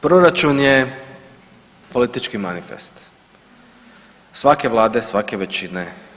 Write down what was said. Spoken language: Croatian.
Proračun je politički manifest svake Vlade, svake većine.